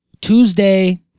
Tuesday